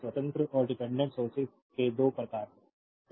तो स्वतंत्र और डिपेंडेंट सोर्सेज के 2 प्रकार हैं